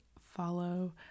follow